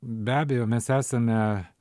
be abejo mes esame